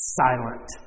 silent